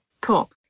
Cool